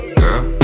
girl